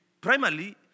Primarily